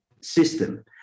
system